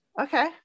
okay